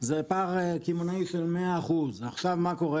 זה פער קמעונאי של 100%. עכשיו מה קורה?